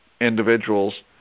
individuals